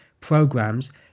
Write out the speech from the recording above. programs